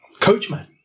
Coachman